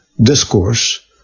Discourse